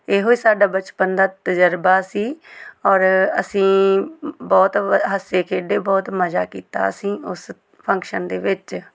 ਇਹੋ ਹੀ ਸਾਡਾ ਬਚਪਨ ਦਾ ਤਜਰਬਾ ਸੀ ਔਰ ਅਸੀਂ ਬਹੁਤ ਹੱਸੇ ਖੇਡੇ ਬਹੁਤ ਮਜ਼ਾ ਕੀਤਾ ਅਸੀਂ ਉਸ ਫੰਕਸ਼ਨ ਦੇ ਵਿੱਚ